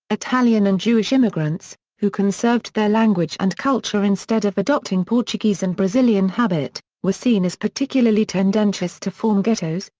italian and jewish immigrants, who conserved their language and culture instead of adopting portuguese and brazilian habit, were seen as particularly tendencious to form ghettoes,